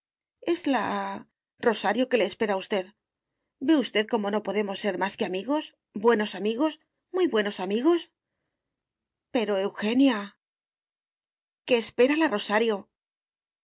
es la rosario que le espera a usted ve usted cómo no podemos ser más que amigos buenos amigos muy buenos amigos pero eugenia que espera la rosario